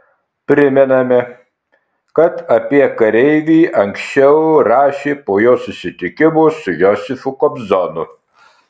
primename kad apie kareivį anksčiau rašė po jo susitikimo su josifu kobzonu